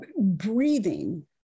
breathing